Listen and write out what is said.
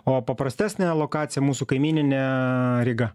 o paprastesnė lokacija mūsų kaimyninė ryga